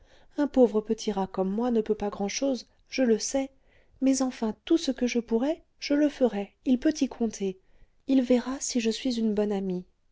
un pauvre petit rat comme moi ne peut pas grand-chose je le sais mais enfin tout ce que je pourrai je le ferai il peut y compter il verra si je suis bonne amie